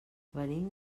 venim